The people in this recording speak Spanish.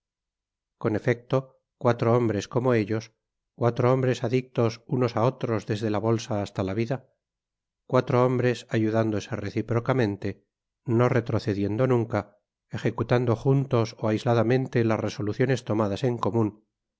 con efecto cuatro hombres como ellos cuatro hombres adictos unos á otros desde la bolsa hasta la vida cuatro hombres ayudándose reciprocamente no retrocediendo nunca ejecutando juntos ó aisladamente las resoluciones tomadas en comun